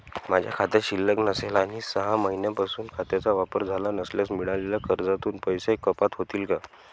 माझ्या खात्यात शिल्लक नसेल आणि सहा महिन्यांपासून खात्याचा वापर झाला नसल्यास मिळालेल्या कर्जातून पैसे कपात होतील का?